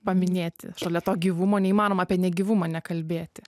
paminėti šalia to gyvumo neįmanoma apie negyvumą nekalbėti